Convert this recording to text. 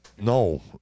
no